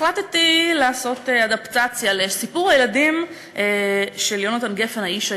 החלטתי לעשות אדפטציה לסיפור הילדים של יונתן גפן "האיש הירוק".